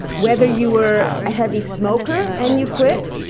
whether you were a heavy smoker and you quit.